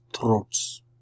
throats